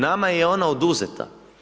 Nama je ona oduzeta.